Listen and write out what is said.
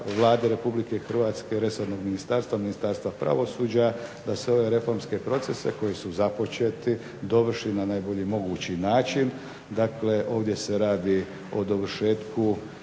Vlade Republike Hrvatske, resornog ministarstva, Ministarstva pravosuđa da se ove reformske procese, koji su započeti dovrše na najbolji mogući način. Dakle ovdje se radi o dovršetku